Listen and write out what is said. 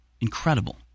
incredible